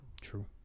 True